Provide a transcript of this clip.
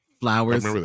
flowers